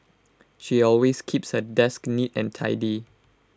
she always keeps her desk neat and tidy